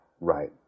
right